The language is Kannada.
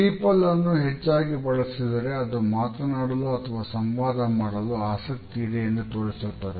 ಸ್ಟೀಪಲ್ ಅನ್ನು ಹೆಚ್ಚಾಗಿ ಬಳಸಿದರೆ ಅದು ಮಾತನಾಡಲು ಅಥವಾ ಸಂವಾದ ಮಾಡಲು ಆಸಕ್ತಿ ಇದೆ ಎಂದು ತೋರಿಸುತ್ತದೆ